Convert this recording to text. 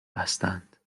بستند